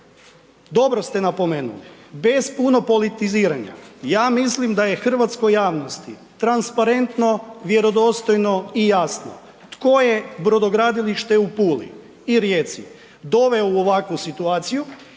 Dobro ste napomenuli. Bez puno politiziranja. Ja mislim da je hrvatskoj javnosti transparentno, vjerodostojno i jasno tko je brodogradilište u Puli i Rijeci doveo u ovakvu situaciju,